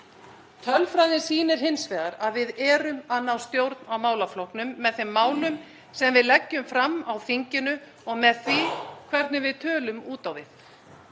Tölfræðin sýnir hins vegar að við erum að ná stjórn á málaflokknum með þeim málum sem við leggjum fram á þinginu og með því hvernig við tölum út á við.